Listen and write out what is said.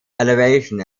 elevation